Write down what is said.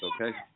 okay